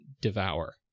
devour